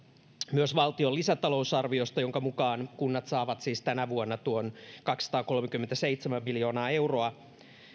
myös valtion lisätalousarviosta jonka mukaan kunnat saavat tänä vuonna tuon kaksisataakolmekymmentäseitsemän miljoonaa euroa